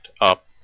up